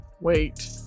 Wait